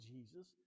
Jesus